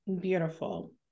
Beautiful